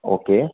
okay